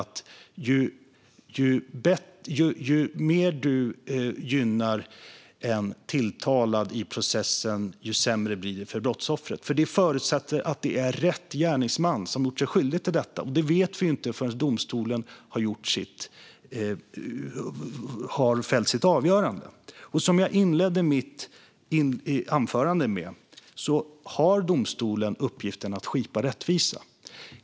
Det är inte så att ju mer du gynnar en tilltalad i processen, desto sämre blir det för brottsoffret. Det förutsätter att det är rätt gärningsman som är misstänkt för brottet, och det vet vi ju inte förrän domstolen har fällt sitt avgörande. Som jag inledde mitt anförande med att säga har domstolen uppgiften att skipa rättvisa.